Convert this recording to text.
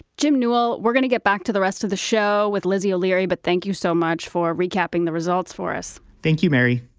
jim newell, we're gonna get back to the rest of the show with lizzie o'leary. but thank you so much for recapping the results for us. thank you, mary